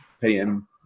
PM